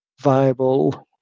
viable